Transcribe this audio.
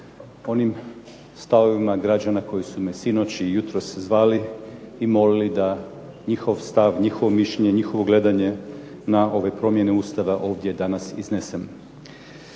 onim stavovima građana koji su me sinoć i jutros zvali i molili da njihov stav, njihovo mišljenje, njihovo gledanje na ove promjene Ustava ovdje danas iznesem.